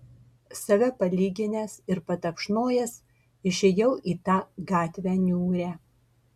save palyginęs ir patapšnojęs išėjau į tą gatvę niūrią